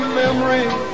memories